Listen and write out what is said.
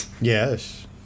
Yes